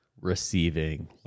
receiving